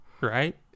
right